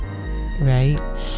right